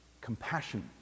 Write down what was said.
Compassion